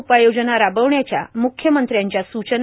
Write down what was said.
उपाययोजना राबविण्याच्या म्ख्यमंत्र्यांच्या सूचना